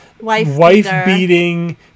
wife-beating